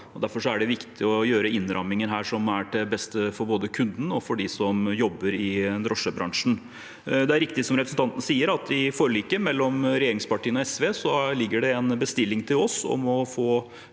Derfor er det viktig å gjøre innramminger her som er til det beste for både kunden og dem som jobber i drosjebransjen. Det er riktig, som representanten sier, at det i forliket mellom regjeringspartiene og SV ligger en bestilling til oss om å få